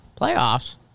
Playoffs